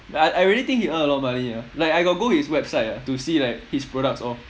ya I I really think he earn a lot of money eh like I got go his website ah to see like his products all